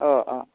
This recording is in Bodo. अ अ